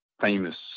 famous